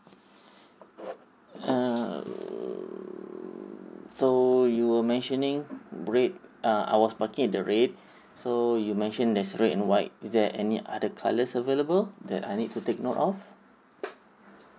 err so you were mentioning red uh I was parking in the red so you mentioned there's red and white is there any other colours available that I need to take note of